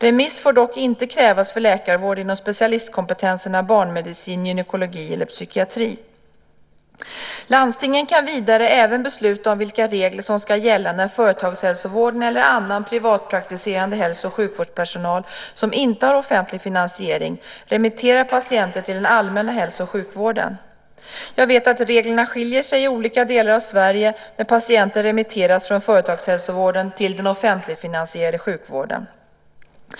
Remiss får dock inte krävas för läkarvård inom specialistkompetenserna barnmedicin, gynekologi eller psykiatri. Landstingen kan vidare även besluta om vilka regler som ska gälla när företagshälsovården eller annan privatpraktiserande hälso och sjukvårdspersonal som inte har offentlig finansiering remitterar patienter till den allmänna hälso och sjukvården. Jag vet att reglerna skiljer sig i olika delar av Sverige när patienter remitteras från företagshälsovården till den offentligfinansierade sjukvården.